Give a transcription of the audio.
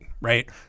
right